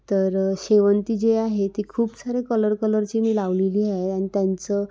तर शेवंती जे आहे ते खूप सारे कलर कलरची मी लावलेली आहे आणि त्यांचं